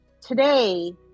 today